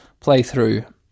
playthrough